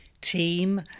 team